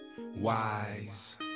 wise